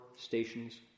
stations